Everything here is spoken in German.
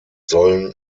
sollen